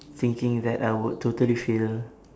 thinking that I would totally fail